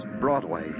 Broadway